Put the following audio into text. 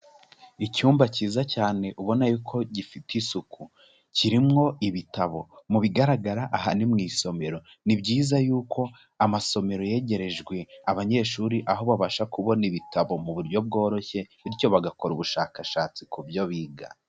Icyumba cyiza cyane ubona ko gifite isuku, kirimo ibitabo, mu bigaragara aha ni mu isomero, ni byiza yuko amasomero yegerejwe abanyeshuri aho babasha kubona ibitabo mu buryo bworoshye bityo bagakora ubushakashatsi ku byo biga.